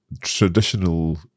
traditional